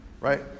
right